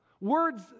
Words